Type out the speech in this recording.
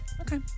Okay